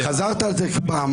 רון, חזרת על זה פעמיים.